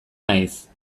naiz